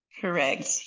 Correct